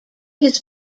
his